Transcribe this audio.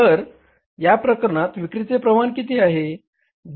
तर या प्रकरणात विक्रीचे प्रमाण किती आहे